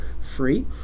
free